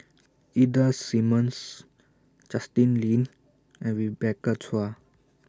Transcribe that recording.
Ida Simmons Justin Lean and Rebecca Chua